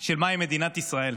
של מהי מדינת ישראל.